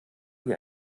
wie